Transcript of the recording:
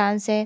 dance है